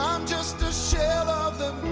um just a shell of the